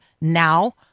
now